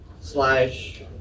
slash